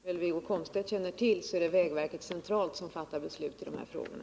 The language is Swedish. Herr talman! Som Wiggo Komstedt nog känner till är det vägverket centralt som fattar beslut i de här frågorna.